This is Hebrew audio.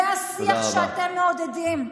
זה השיח שאתם מעודדים.